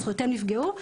זכויותיהם נפגעו.